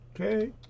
Okay